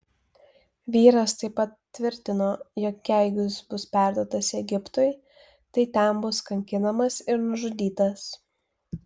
vyras taip pat tvirtino jog jei jis bus perduotas egiptui tai ten bus kankinamas ir nužudytas